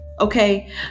okay